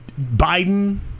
Biden